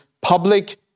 public